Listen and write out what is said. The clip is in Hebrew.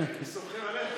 אשר על כן,